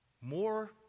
more